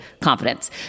confidence